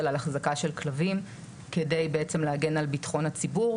על החזקה של כלבים כדי להגן על ביטחון הציבור.